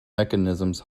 mechanisms